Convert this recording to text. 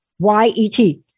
Y-E-T